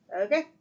Okay